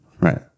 Right